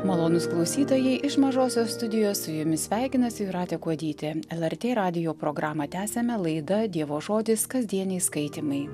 malonūs klausytojai iš mažosios studijos su jumis sveikinasi jūratė kuodytė lrt radijo programą tęsiame laida dievo žodis kasdieniai skaitymai